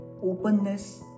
openness